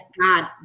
God